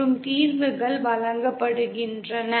மற்றும் தீர்வுகள் வழங்கப்படுகின்றன